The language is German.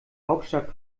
hauptstadt